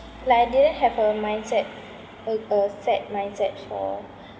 like I didn't have a mindset a a set mindset for